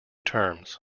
terms